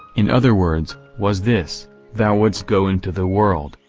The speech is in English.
in other words, was this thou wouldst go into the world,